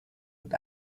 und